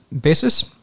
basis